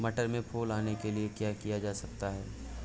मटर में फूल आने के लिए क्या किया जा सकता है?